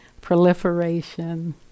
proliferation